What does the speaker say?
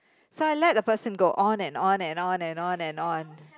so I let the person go on and on and on and on and on